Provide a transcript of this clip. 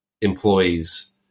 employees